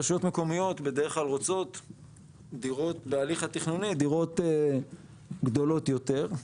רשויות מקומיות בדרך כלל רוצות בהליך התכנוני דירות גדולות יותר.